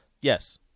Yes